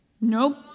Nope